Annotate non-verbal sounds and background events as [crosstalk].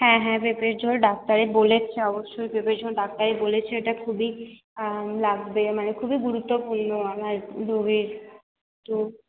হ্যাঁ হ্যাঁ পেঁপের ঝোল ডাক্তারে বলেছে অবশ্যই পেঁপের ঝোল ডাক্তারে বলেছে ওটা খুবই লাগবে মানে খুবই গুরুত্বপূর্ণ আমার রোগীর [unintelligible]